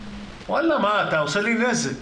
אתה עושה לי נזק.